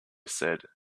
said